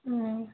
অঁ